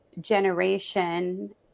generation